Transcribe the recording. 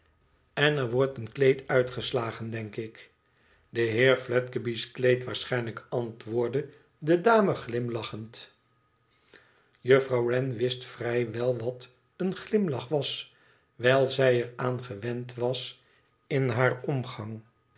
en er wordt een kleed uitgeslagen denk ik tden heer fiedgeby's kleed waarschijnlijk antwoordde de glimlachend juffrouw wren wist vrij wel wat een glimlach was wijl zij er aan gewi was in haar omgang